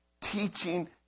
teaching